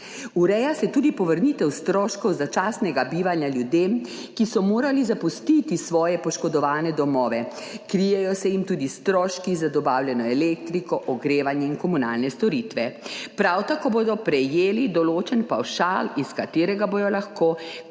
Ureja se tudi povrnitev stroškov začasnega bivanja ljudem, ki so morali zapustiti svoje poškodovane domove. Krijejo se jim tudi stroški za dobavljeno elektriko, ogrevanje in komunalne storitve. Prav tako bodo prejeli določen pavšal, iz katerega bodo lahko